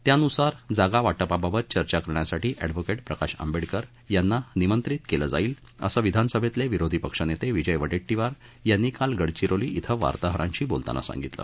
त्यानुसार जागा वाटपाबाबत चर्चा करण्यासाठी अँडव्होकेट प्रकाश आंबेडकर यांना निमंत्रित केलं जाईल असं विधानसभेतले विरोधी पक्षनेते विजय वडेड्टीवार यांनी काल गडविरोली इथं वार्ताहरांशी बोलतांना सांगितलं